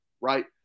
right